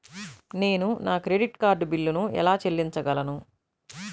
నేను నా credit card బిల్లును ఎలా చెల్లించగలను?